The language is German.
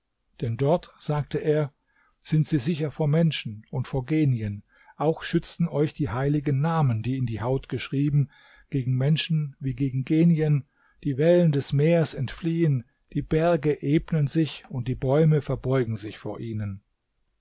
denn dort sagte er sind sie sicher vor menschen und vor genien auch schützen euch die heiligen namen die in die haut geschrieben gegen menschen wie gegen genien die wellen des meers fliehen die berge ebnen sich und die bäume verbeugen sich vor ihnen